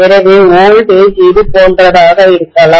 எனவே வோல்டேஜ் இது போன்றதாக இருக்கலாம்